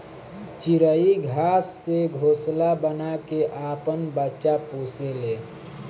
चिरई घास से घोंसला बना के आपन बच्चा पोसे ले